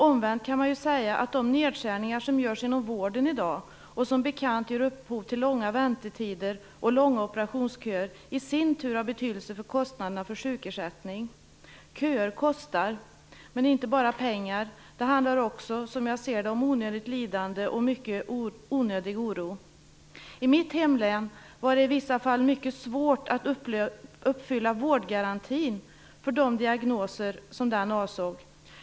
Omvänt kan man ju säga att de nedskärningar som görs inom vården i dag, och som bekant ger upphov till långa väntetider och långa operationsköer, i sin tur har betydelse för kostnaderna för sjukersättningen. Köer kostar, men inte bara pengar. Det handlar också, som jag ser det, om onödigt lidande och mycket onödig oro. I mitt hemlän var det i vissa fall mycket svårt att uppfylla vårdgarantin för de diagnoser som den avsåg.